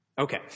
Okay